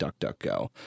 DuckDuckGo